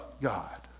God